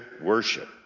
worship